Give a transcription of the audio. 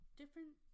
different